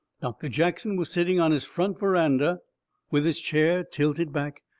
doctor jackson was setting on his front veranda with his chair tilted back,